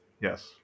Yes